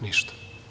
Ništa.